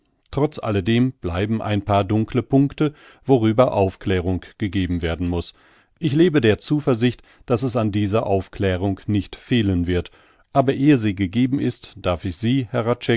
trotz alledem bleiben ein paar dunkle punkte worüber aufklärung gegeben werden muß ich lebe der zuversicht daß es an dieser aufklärung nicht fehlen wird aber ehe sie gegeben ist darf ich sie